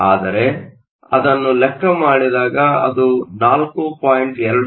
ಆದರೆ ಅದನ್ನು ಲೆಕ್ಕ ಮಾಡಿದಾಗ ಅದು 4